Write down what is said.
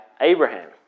Abraham